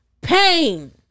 Pain